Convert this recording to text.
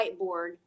whiteboard